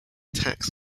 tax